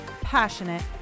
passionate